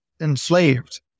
enslaved